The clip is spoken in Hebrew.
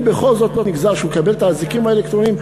אם בכל זאת נגזר שהוא יקבל את האזיקים האלקטרוניים,